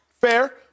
Fair